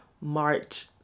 March